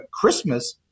Christmas